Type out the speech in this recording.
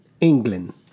England